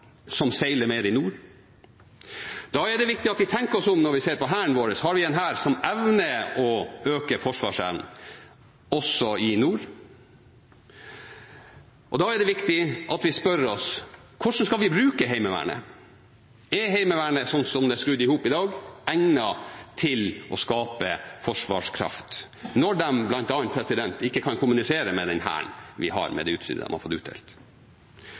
som seiler mer i nord. Da er det viktig at vi tenker oss om når vi ser på hæren vår. Har vi en hær som evner å øke forsvarsevnen også i nord? Da er det viktig at vi spør oss: Hvordan skal vi bruke Heimevernet? Er Heimevernet, slik det er skrudd i hop i dag, egnet til å skape forsvarskraft, når de bl.a. ikke kan kommunisere med Hæren med det utstyret de har fått utdelt.